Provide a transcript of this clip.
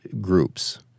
groups